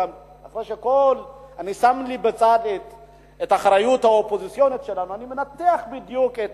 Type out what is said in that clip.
אחרי שאני שם בצד את האחריות האופוזיציונית שלנו ואני מנתח בדיוק את